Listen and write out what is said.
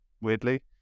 weirdly